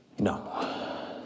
No